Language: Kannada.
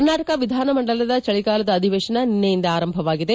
ಕರ್ನಾಟಕ ವಿಧಾನ ಮಂಡಲದ ಚಳಿಗಾಲದ ಅಧಿವೇಶನ ನಿನ್ನೆಯಿಂದ ಆರಂಭವಾಗಿದೆ